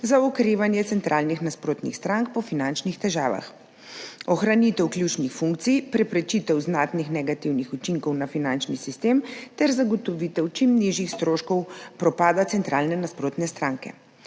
za okrevanje centralnih nasprotnih strank po finančnih težavah, ohranitev ključnih funkcij, preprečitev znatnih negativnih učinkov na finančni sistem ter zagotovitev čim nižjih stroškov propada centralne nasprotne stranke.